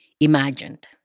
Imagined